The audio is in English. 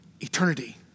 Eternity